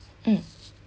mm